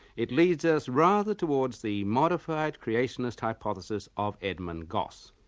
it leads us rather towards the modified creationist hypothesis of edmond goss,